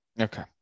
Okay